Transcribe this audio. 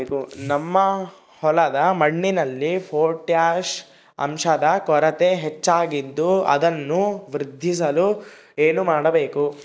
ನಮ್ಮ ಹೊಲದ ಮಣ್ಣಿನಲ್ಲಿ ಪೊಟ್ಯಾಷ್ ಅಂಶದ ಕೊರತೆ ಹೆಚ್ಚಾಗಿದ್ದು ಅದನ್ನು ವೃದ್ಧಿಸಲು ಏನು ಮಾಡಬೇಕು?